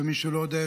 למי שלא יודע,